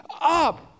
up